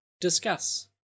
Discuss